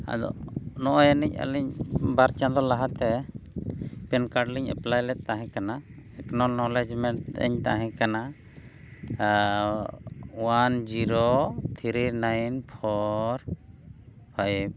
ᱟᱫᱚ ᱱᱚᱜᱼᱚᱸᱭ ᱟᱹᱱᱤᱡ ᱟᱹᱞᱤᱧ ᱵᱟᱨ ᱪᱟᱸᱫᱚ ᱞᱟᱦᱟᱛᱮ ᱯᱮᱱ ᱠᱟᱨᱰ ᱞᱤᱧ ᱮᱯᱞᱟᱭ ᱞᱮᱫ ᱛᱟᱦᱮᱸ ᱠᱟᱱᱟ ᱮᱠᱱᱳᱱᱚᱞᱮᱡᱽᱢᱮᱱᱴ ᱛᱤᱧ ᱛᱟᱦᱮᱸ ᱠᱟᱱᱟ one zero three nine four five